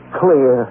clear